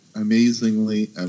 amazingly